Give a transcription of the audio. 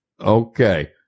Okay